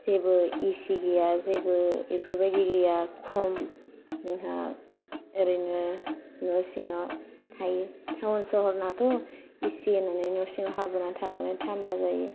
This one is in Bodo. जेबो एसि गैया जेबो इफोरबायदि गैया जोंहा ओरैनो न' सिंआव थायो थावन सहर नाथ' एसि होनानै न' सिंआव हाबनानै थाबानो थांडा जायो